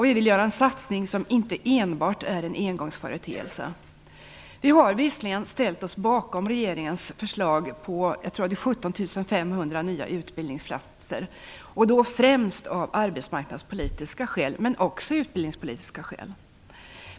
Vi vill göra en satsning som inte enbart är en engångsföreteelse. Vi har visserligen ställt oss bakom regeringens förslag på 17 500 nya utbildningsplatser, främst av arbetsmarknadspolitiska skäl men också av utbildningspolitiska skäl.